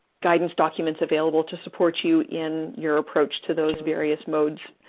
guidance documents available to support you in your approach to those various modes.